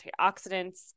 antioxidants